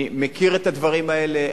אני מכיר את הדברים האלה.